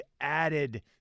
added